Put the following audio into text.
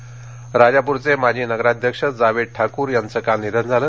निधन राजापूरचे माजी नगराध्यक्ष जावेद ठाकूर यांचे काल निधन झाले